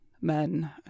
men